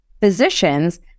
physicians